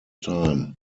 time